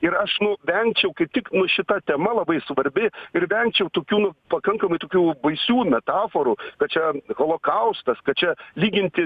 ir ašnu vengčiau kaip tik šita tema labai svarbi ir vengčiau tokių pakankamai tokių baisių metaforų kad čia holokaustas kad čia lyginti